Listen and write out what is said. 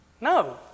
No